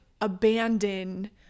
abandon